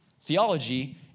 Theology